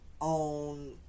on